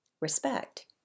respect